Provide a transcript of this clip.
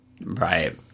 right